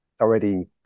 already